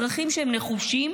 אזרחים נחושים